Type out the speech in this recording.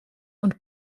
und